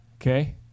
okay